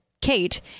Kate